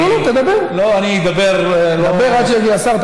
לא, דבר עד שיגיע השר.